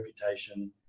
reputation